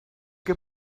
que